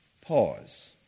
pause